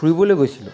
ফুৰিবলৈ গৈছিলোঁ